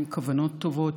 עם כוונות טובות,